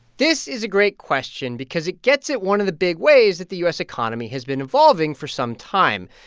this is a great question because it gets it one of the big ways that the u s. economy has been evolving for some time.